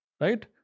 Right